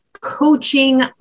coaching